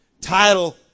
title